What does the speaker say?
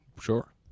Sure